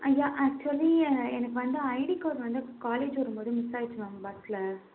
ஆ yeah actually எனக்கு வந்து ID card வந்து காலேஜ் வரும் போது மிஸ்ஸாகிருச்சி மேம் பஸ்சில்